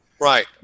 Right